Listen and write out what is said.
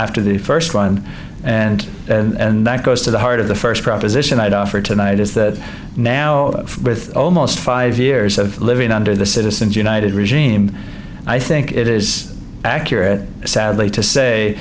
after the first one and and that goes to the heart of the first proposition i'd offer tonight is that now with almost five years of living under the citizens united regime i think it is accurate sadly to say